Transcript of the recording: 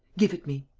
give it me.